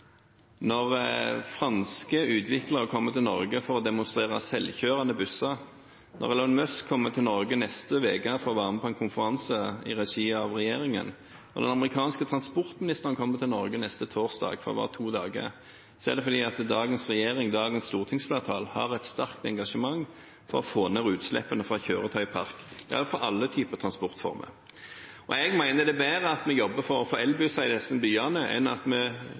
når franske utviklere kommer til Norge for å demonstrere selvkjørende busser, når Elon Musk kommer til Norge neste uke for å være med på en konferanse i regi av regjeringen, når den amerikanske transportministeren kommer til Norge neste torsdag for å være her i to dager, er det fordi dagens regjering og dagens stortingsflertall har et sterkt engasjement for å få ned utslippene fra kjøretøyparken, og det gjelder for alle typer transportformer. Jeg mener det er bedre at vi jobber for å få elbusser i disse byene enn at vi